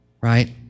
right